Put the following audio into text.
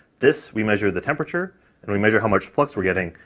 this, we measure the temperature and we measure how much flux we're getting,